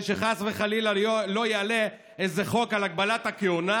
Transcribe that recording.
שחס וחלילה לא יעלה איזה חוק על הגבלת הכהונה,